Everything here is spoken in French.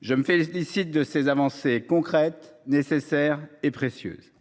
Je me félicite de ces avancées concrètes nécessaires et précieuse.